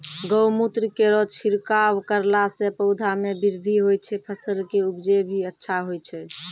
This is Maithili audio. गौमूत्र केरो छिड़काव करला से पौधा मे बृद्धि होय छै फसल के उपजे भी अच्छा होय छै?